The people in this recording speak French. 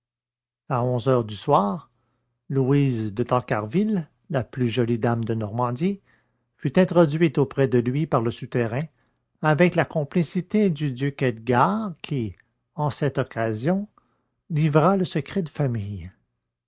à onze heures du soir louise de tancarville la plus jolie dame de normandie fut introduite auprès de lui par le souterrain avec la complicité du duc edgard qui en cette occasion livra le secret de famille